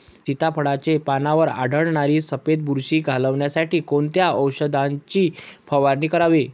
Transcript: सीताफळाचे पानांवर आढळणारी सफेद बुरशी घालवण्यासाठी कोणत्या औषधांची फवारणी करावी?